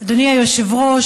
אדוני היושב-ראש,